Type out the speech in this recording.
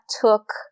took